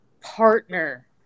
partner